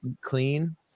clean